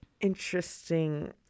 interesting